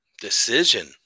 Decision